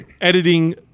editing